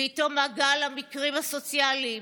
ואיתו מעגל המקרים הסוציאליים,